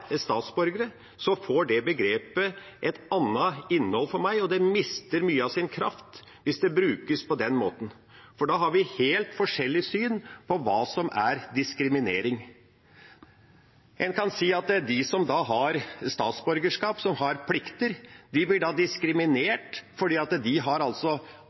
statsborgere, får det begrepet et annet innhold for meg. Det mister mye av sin kraft hvis det brukes på den måten, for da har vi helt forskjellig syn på hva som er diskriminering. En kan si at de som da har statsborgerskap, som har plikter, blir diskriminert fordi de har annerledes og tyngre plikter enn dem som ikke har